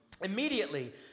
Immediately